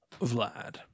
Vlad